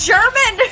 German